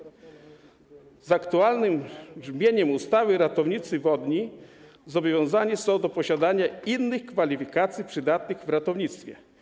Zgodnie z aktualnym brzmieniem ustawy ratownicy wodni zobowiązani są do posiadania innych kwalifikacji przydatnych w ratownictwie.